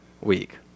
week